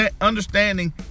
understanding